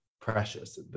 precious